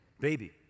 baby